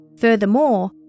Furthermore